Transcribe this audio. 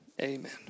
amen